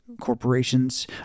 corporations